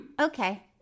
okay